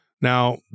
Now